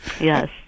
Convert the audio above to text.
Yes